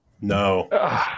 No